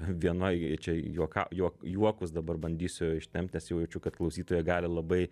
vienoj čia juokau juo juokus dabar bandysiu ištempt nes jau jaučiu kad klausytojai gali labai